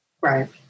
Right